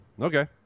Okay